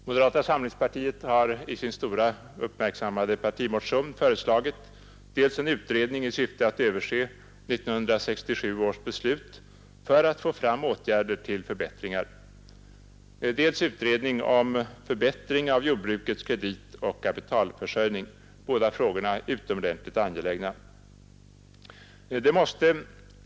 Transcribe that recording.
Moderata samlingspartiet har i sin stora uppmärksammade partimotion föreslagit dels en utredning i syfte att överse 1967 års beslut för att få fram åtgärder till förbättringar, dels utredning om förbättring av jordbrukets kreditoch kapitalförsörjning. Båda frågorna är utomordentligt angelägna.